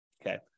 Okay